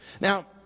Now